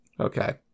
Okay